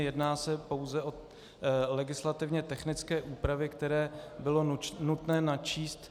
Jedná se pouze o legislativně technické úpravy, které bylo nutné načíst.